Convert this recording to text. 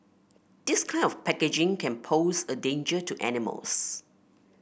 this kind of packaging can pose a danger to animals